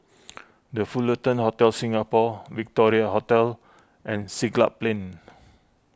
the Fullerton Hotel Singapore Victoria Hotel and Siglap Plain